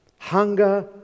Hunger